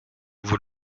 vous